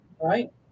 right